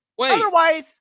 Otherwise